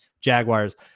Jaguars